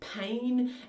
pain